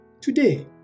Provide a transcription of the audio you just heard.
Today